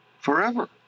forever